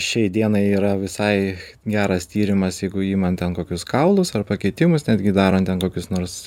šiai dienai yra visai geras tyrimas jeigu iman ten kokius kaulus ar pakitimus netgi darant ten kokius nors